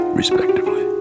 respectively